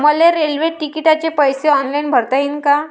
मले रेल्वे तिकिटाचे पैसे ऑनलाईन भरता येईन का?